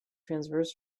transverse